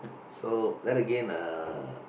so then again uh